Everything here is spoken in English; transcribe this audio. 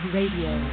Radio